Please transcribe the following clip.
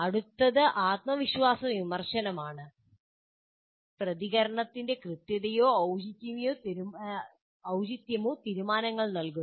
അടുത്തത് ആത്മവിശ്വാസ വിമർശനമാണ് പ്രതികരണത്തിന്റെ കൃത്യതയോ ഔചിതൃമോ തീരുമാനങ്ങൾ നൽകുന്നു